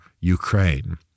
Ukraine